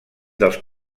dels